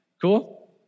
Cool